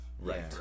Right